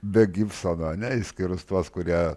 be gipsono ane išskyrus tuos kurie